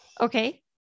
Okay